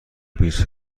بیست